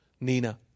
Nina